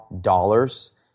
dollars